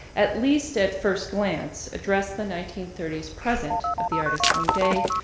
at least at first glance, address the nineteen thirty s present of the artist's own day,